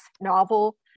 novel